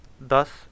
Thus